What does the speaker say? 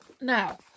Now